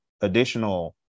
additional